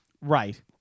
Right